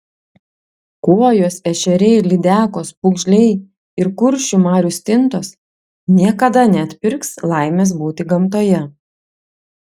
kuojos ešeriai lydekos pūgžliai ir kuršių marių stintos niekada neatpirks laimės būti gamtoje